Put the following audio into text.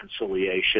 reconciliation